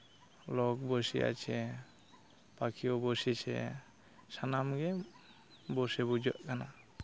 ᱞᱳᱠ ᱵᱚᱥᱮ ᱟᱪᱷᱮ ᱯᱟᱠᱷᱤᱭᱳᱣ ᱵᱚᱥᱮᱪᱷᱮ ᱥᱟᱱᱟᱢᱜᱮ ᱵᱚᱥᱮ ᱵᱩᱡᱷᱟᱹᱜ ᱠᱟᱱᱟ